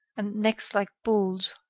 and necks like bulls.